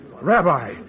Rabbi